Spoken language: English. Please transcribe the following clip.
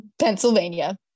Pennsylvania